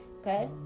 Okay